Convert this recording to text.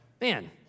Man